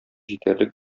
җитәрлек